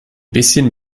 bisschen